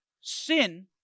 sin